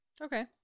Okay